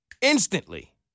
instantly